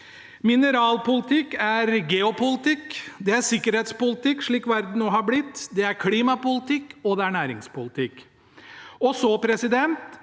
Mineralpolitikk er geopolitikk, det er sikkerhetspolitikk slik verden nå har blitt, det er klimapolitikk, og det er næringspolitikk. Vi må ta